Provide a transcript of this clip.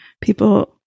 people